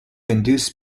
induce